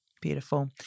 beautiful